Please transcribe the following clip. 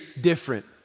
different